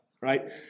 right